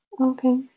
Okay